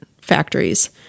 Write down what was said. factories